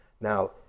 Now